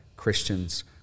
Christians